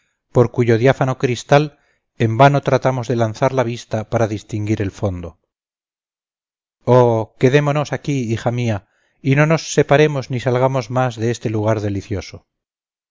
por cuyo diáfano cristal en vano tratamos de lanzar la vista para distinguir el fondo oh quedémonos aquí hija mía y no nos separemos ni salgamos más de este lugar delicioso